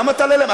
כמה תעלה להם?